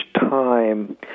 time